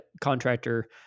contractor